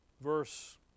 Verse